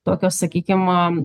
tokios sakykim